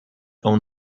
own